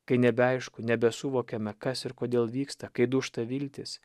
kai nebeaišku nebesuvokiame kas ir kodėl vyksta kai dūžta viltys